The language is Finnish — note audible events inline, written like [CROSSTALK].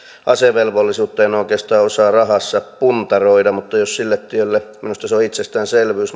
asevelvollisuutta en oikeastaan osaa rahassa puntaroida mutta jos sille tielle minusta se on itsestäänselvyys [UNINTELLIGIBLE]